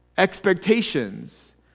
expectations